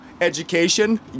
Education